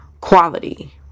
quality